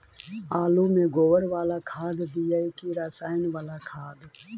आलु में गोबर बाला खाद दियै कि रसायन बाला खाद?